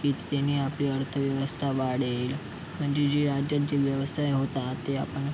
की त्याने आपली अर्थव्यवस्था वाढेल म्हणजे जे राज्यात जे व्यवसाय होतात ते आपण